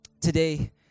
today